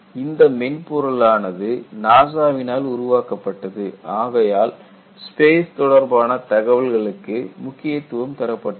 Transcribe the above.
இந்த மென்பொருளானது NASA வினால் உருவாக்கப்பட்டது ஆகையால் ஸ்பேஸ் தொடர்பான தகவல்களுக்கு முக்கியத்துவம் தரப்பட்டுள்ளது